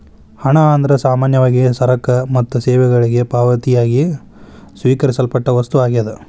ಹಣ ಅಂದ್ರ ಸಾಮಾನ್ಯವಾಗಿ ಸರಕ ಮತ್ತ ಸೇವೆಗಳಿಗೆ ಪಾವತಿಯಾಗಿ ಸ್ವೇಕರಿಸಲ್ಪಟ್ಟ ವಸ್ತು ಆಗ್ಯಾದ